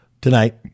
tonight